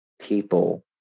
people